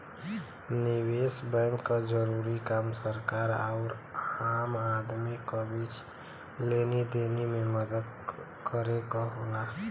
निवेस बैंक क जरूरी काम सरकार आउर आम आदमी क बीच लेनी देनी में मदद करे क होला